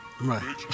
Right